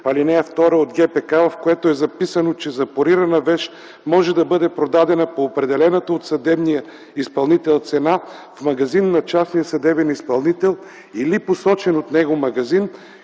ал. 2 от ГПК, в която е записано, че запорирана вещ може да бъде продадена по определената от съдебния изпълнител цена в магазин на частния съдебен изпълнител или посочен от него магазин;